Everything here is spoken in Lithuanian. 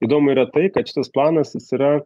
įdomu yra tai kad šitas planas jis yra